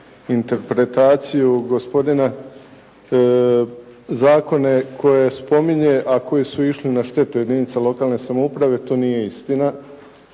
interpretaciju gospodina. Zakone koje spominje, a koji su išli na štetu jedinica lokalne samouprave. To nije istina.